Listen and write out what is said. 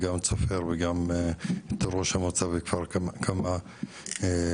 את סופר וגם את ראש המועצה בכפר כמא בברכה.